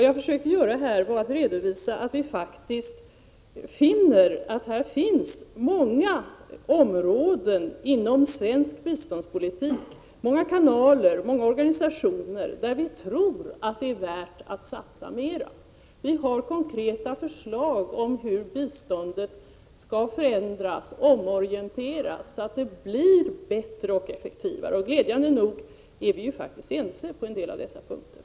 Jag försökte här redovisa att det faktiskt finns många områden inom svensk biståndspolitik, många kanaler och många organisationer, där det kan vara värt att satsa mera. Vi har i moderata samlingspartiet konkreta förslag om hur biståndet kan förändras och omorienteras, så att det blir bättre och effektivare. Glädjande nog är alla faktiskt ense på en del av dessa punkter.